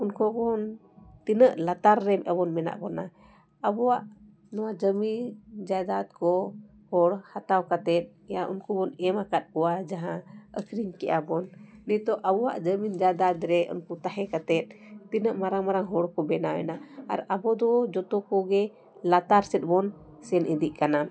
ᱩᱱᱠᱩ ᱵᱚᱱ ᱛᱤᱱᱟᱹᱜ ᱞᱟᱛᱟᱨ ᱨᱮ ᱟᱵᱚᱱ ᱢᱮᱱᱟᱜ ᱵᱚᱱᱟ ᱟᱵᱚᱣᱟᱜ ᱱᱚᱣᱟ ᱡᱟᱹᱢᱤ ᱡᱟᱭᱫᱟᱛ ᱠᱚ ᱦᱚᱲ ᱦᱟᱛᱟᱣ ᱠᱟᱛᱮᱜ ᱩᱱᱠᱩ ᱵᱚᱱ ᱮᱢ ᱟᱠᱟᱫ ᱠᱚᱣᱟ ᱡᱟᱦᱟᱸ ᱟᱹᱠᱷᱨᱤᱧ ᱠᱮᱜᱼᱟ ᱵᱚᱱ ᱱᱤᱛᱚᱜ ᱟᱵᱚᱣᱟᱜ ᱡᱟᱹᱢᱤᱱ ᱡᱟᱭᱫᱟᱛ ᱨᱮ ᱩᱱᱠᱩ ᱛᱟᱦᱮᱸ ᱠᱟᱛᱮᱜ ᱛᱤᱱᱟᱹᱜ ᱢᱟᱨᱟᱝ ᱢᱟᱨᱟᱝ ᱦᱚᱲ ᱠᱚ ᱵᱮᱱᱟᱣ ᱮᱱᱟ ᱟᱨ ᱟᱵᱚ ᱫᱚ ᱡᱚᱛᱚ ᱠᱚᱜᱮ ᱞᱟᱛᱟᱨ ᱥᱮᱫ ᱵᱚᱱ ᱥᱮᱱ ᱤᱫᱤᱜ ᱠᱟᱱᱟ